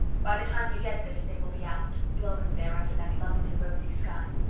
by the time you get this they will be out, blowing there under that lovely rosy sky.